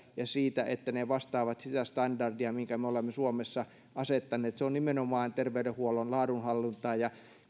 ja siitä että ne vastaavat sitä standardia minkä me olemme suomessa asettaneet se on nimenomaan terveydenhuollon laadunhallintaa ja